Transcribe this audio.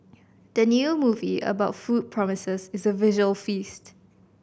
the new movie about food promises is a visual feast